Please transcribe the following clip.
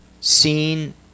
seen